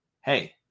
Hey